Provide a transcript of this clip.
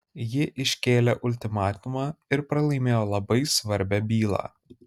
ji iškėlė ultimatumą ir pralaimėjo labai svarbią bylą